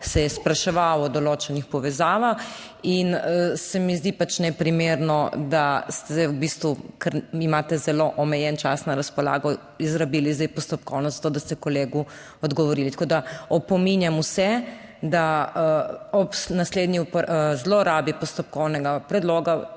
se je spraševal o določenih povezavah in se mi zdi pač neprimerno, da ste zdaj v bistvu, ker imate zelo omejen čas na razpolago, izrabili zdaj postopkovno za to, da ste kolegu odgovorili. Tako da, opominjam vse, da ob naslednji zlorabi postopkovnega predloga